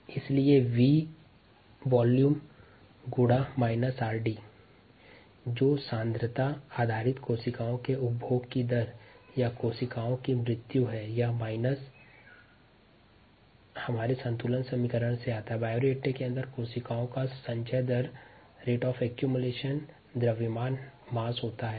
rcrdV इसलिए V गुणा rd जो सांद्रता पर आधारित कोशिका की रेट ऑफ़ कंसम्पशन या कोशिका मृत्यु है में यह ऋणात्मक चिन्ह हमारे संतुलन समीकरण से आता है बायोरिएक्टर के अंदर कोशिका का रेट ऑफ़ एक्युमुलेसन ही उसका द्रव्यमान होता है